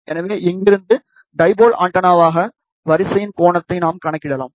எனவே இங்கிருந்து டைபோல் ஆண்டெனாவாக வரிசையின் கோணத்தையும் நாம் கணக்கிடலாம்